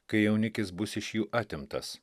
kai jaunikis bus iš jų atimtas